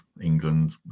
England